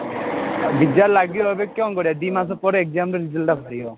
ବିଜାର୍ ଲାଗିବ ଏବେ କ'ଣ କରିବା ଦୁଇ ମାସ ପରେ ଏଗ୍ଜାମ୍ର ରେଜଲ୍ଟଟା ବାହାରିବ